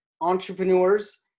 entrepreneurs